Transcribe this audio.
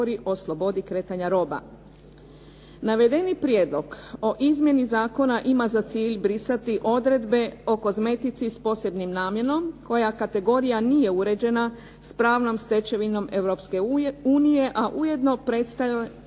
kategorija nije uređena s pravnom stečevinom Europske unije, a ujedno predstavlja